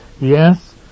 yes